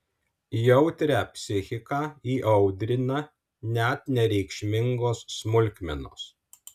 jautrią psichiką įaudrina net nereikšmingos smulkmenos